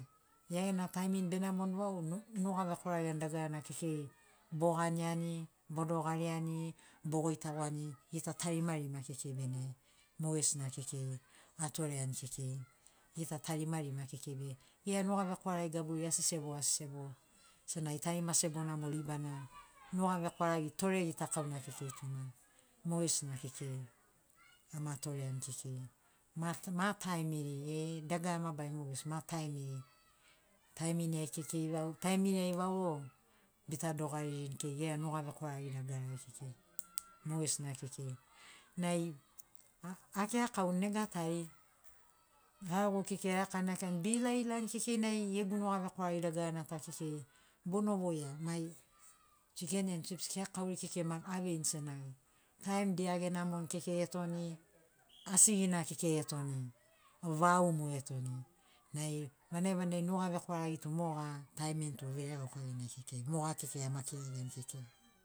Gia gena taimin benamoni vau onuga vekwaragiani dagarana kekei boganiani bodogariani bogoitagoani gita tarimarima kekei bene mogesina kekei atoreani kekei gita tarimarima kekei be gera nuga vekwaragi gaburi asi sebo asi sebo senagi tarima sebona mo ribana nuga vekwaragi tore gitakauna kekei tuna mogesina kekei ama toreani kekei ma ma taimiri e dagara mabarana mogesi ma taimiri taimin ai kekei vau taimin ai vauro bita dogaririni kei gera nuga vekwaragi dagarari kekei mogesina kekei nai akeakauni nega tari garagogu kekei erakani nai akirani beilailani kekei gegu nuga vekwaragi dagarana ta vau bona voia mai chiken en chips keakauri kekei maki aveini senagi taim dia genamoni kekei etoni asigina kekei etoni vau mo etoni nai vanagi vanagi nuga vekwaragi tu moga taimin tu veregauka genai kekei moga kekei ama kiragiani kekei